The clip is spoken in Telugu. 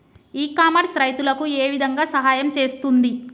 ఇ కామర్స్ రైతులకు ఏ విధంగా సహాయం చేస్తుంది?